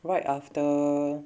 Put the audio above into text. right after